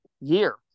year